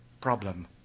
problem